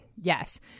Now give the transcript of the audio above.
Yes